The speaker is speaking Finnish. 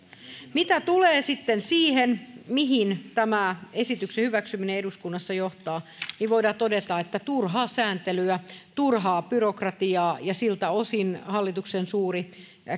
mitä tulee siihen mihin tämän esityksen hyväksyminen eduskunnassa johtaa niin voidaan todeta että turhaa sääntelyä turhaa byrokratiaa ja siltä osin hallituksen suuri